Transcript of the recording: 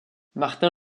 martin